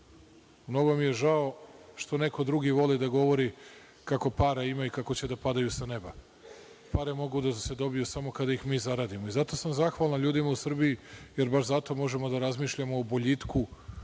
Mnogo mi je žao što neko drugi voli da govori kako para ima i kako će da padaju sa neba. Pare mogu da se dobiju samo kada ih mi zaradimo i zato sam zahvalan ljudima u Srbiji, jer baš zato možemo da razmišljamo o boljitku